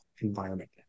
environment